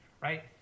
right